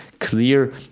clear